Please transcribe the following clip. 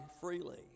freely